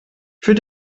für